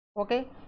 okay